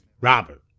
Robert